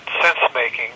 sense-making